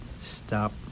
stop